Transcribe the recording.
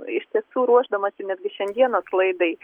iš tiesų ruošdamasi netgi šiandienos laidai